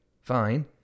fine